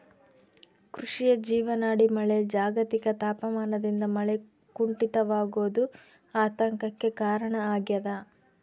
ಕೃಷಿಯ ಜೀವನಾಡಿ ಮಳೆ ಜಾಗತಿಕ ತಾಪಮಾನದಿಂದ ಮಳೆ ಕುಂಠಿತವಾಗೋದು ಆತಂಕಕ್ಕೆ ಕಾರಣ ಆಗ್ಯದ